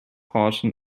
portion